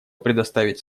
предоставить